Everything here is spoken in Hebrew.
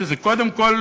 וזה קודם כול